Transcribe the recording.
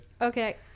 Okay